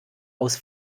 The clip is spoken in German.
aus